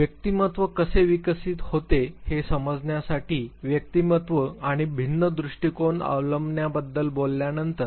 व्यक्तिमत्त्व कसे विकसित होते हे समजण्यासाठी व्यक्तिमत्त्व आणि भिन्न दृष्टिकोन अवलंबण्याबद्दल बोलल्यानंतर